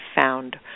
found